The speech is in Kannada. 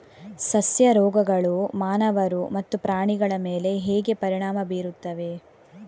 ಸಸ್ಯ ರೋಗಗಳು ಮಾನವರು ಮತ್ತು ಪ್ರಾಣಿಗಳ ಮೇಲೆ ಹೇಗೆ ಪರಿಣಾಮ ಬೀರುತ್ತವೆ